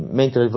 mentre